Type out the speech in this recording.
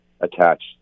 attached